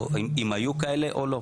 האם היו כאלה, או לא?